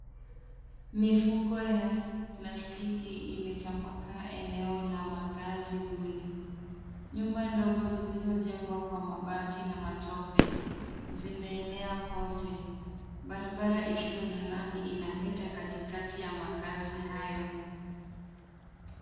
Mifuko ya plastiki imetapakaa eneo la makazi duni. Nyuma ndogo zilizojengwa kwa mabati na matope, zimeenea kote. Barabara isiyo na lami inapita katikati ya makazi hayo.